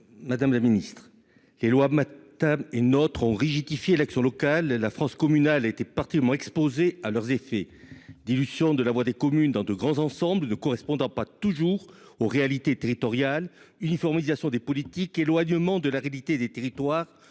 de la République, dite loi NOTRe, ont rigidifié l'action locale. La France communale a été particulièrement exposée à leurs effets : dilution de la voix des communes dans de grands ensembles ne correspondant pas toujours aux réalités territoriales, uniformisation des politiques, éloignement de la réalité des territoires,